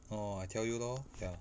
orh I tell you lor ya